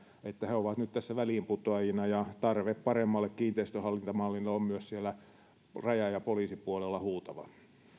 he ovat nyt tässä väliinputoajina ja tarve paremmalle kiinteistöhallintamallille on myös siellä rajan ja poliisin puolella huutava